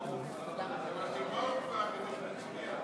אבל תגמור כבר, כדי שנצביע.